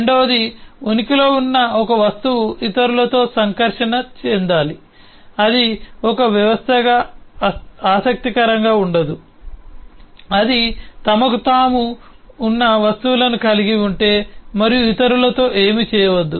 రెండవది ఉనికిలో ఉన్న ఒక వస్తువు ఇతరులతో సంకర్షణ చెందాలి అది ఒక వ్యవస్థ ఆసక్తికరంగా ఉండదు అది తమకు తాము ఉన్న వస్తువులను కలిగి ఉంటే మరియు ఇతరులతో ఏమీ చేయవద్దు